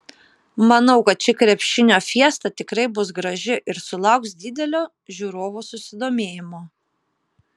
manau kad ši krepšinio fiesta tikrai bus graži ir sulauks didelio žiūrovų susidomėjimo